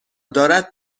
دارد